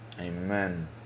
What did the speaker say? Amen